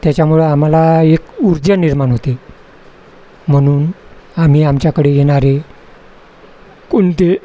त्याच्यामुळं आम्हाला एक ऊर्जा निर्माण होते म्हणून आम्ही आमच्याकडे येणारे कोणते